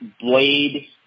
Blade